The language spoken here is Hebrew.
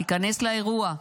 תיכנס לאירוע.